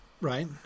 right